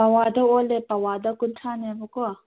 ꯄꯋꯥꯗ ꯑꯣꯜꯂꯦ ꯄꯋꯥꯗ ꯀꯨꯟꯊ꯭ꯔꯥꯅꯦꯕꯀꯣ